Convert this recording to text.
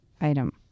item